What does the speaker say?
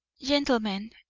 gentlemen,